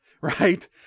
Right